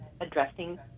addressing